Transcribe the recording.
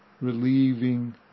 relieving